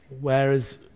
Whereas